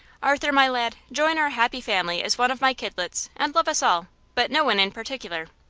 arthur, my lad, join our happy family as one of my kidlets, and love us all but no one in particular.